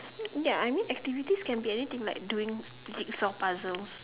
ya I mean activities can be anything like doing jig saw puzzles